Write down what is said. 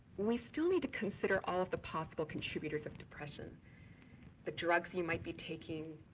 we still need to consider all of the possible contributors of depression the drugs you might be taking,